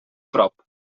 prop